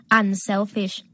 unselfish